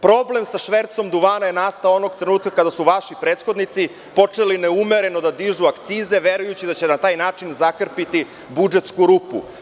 Problem sa švercom duvana je nastao onog trenutka kada su vaši prethodnici počeli neumereno da dižu akcize, verujući da će na taj način zakrpiti budžetsku rupu.